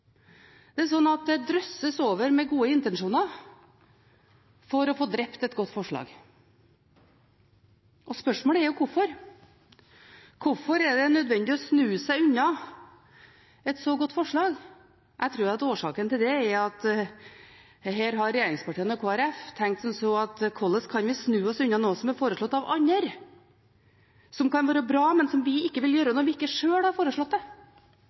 det er altså ikke mulig. Det drysses over med gode intensjoner for å få drept et godt forslag. Spørsmålet er hvorfor. Hvorfor er det nødvendig å snu seg unna et så godt forslag? Jeg tror at årsaken til det er at her har regjeringspartiene og Kristelig Folkeparti tenkt som så: Hvordan kan vi snu oss unna noe som er foreslått av andre – noe som kan være bra, men som vi ikke vil gjøre når vi ikke sjøl har foreslått det? Når vi ikke sjøl har funnet på det,